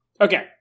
Okay